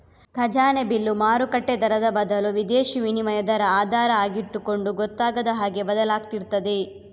ಖಜಾನೆ ಬಿಲ್ಲು ಮಾರುಕಟ್ಟೆ ದರದ ಬದಲು ವಿದೇಶೀ ವಿನಿಮಯ ದರ ಆಧಾರ ಆಗಿಟ್ಟುಕೊಂಡು ಗೊತ್ತಾಗದ ಹಾಗೆ ಬದಲಾಗ್ತಿರ್ತದೆ